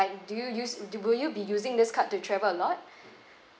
like do you use will you be using this card to travel a lot